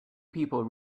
people